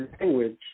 language